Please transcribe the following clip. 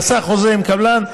עשה חוזה עם קבלן,